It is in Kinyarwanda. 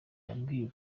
yambwiye